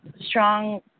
strong